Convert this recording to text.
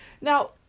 Now